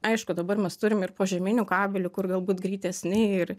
aišku dabar mes turim ir požeminių kabelių kur galbūt greitesni ir